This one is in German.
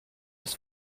ist